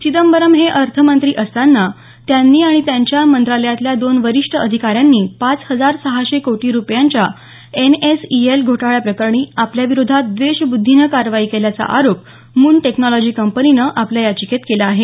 चिदंबरम हे अर्थमंत्री असताना त्यांनी आणि त्यांच्या मंत्रालयातल्या दोन वरिष्ठ अधिकाऱ्यांनी पाच हजार सहाशे कोटी रुपयांच्या एन एस ई एल घोटाळ्याप्रकरणी आपल्याविरोधात द्वेषबुद्धीने कारवाई केल्याचा आरोप मून टेक्नॉलॉजी कंपनीने आपल्या याचिकेत केला आहे